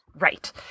Right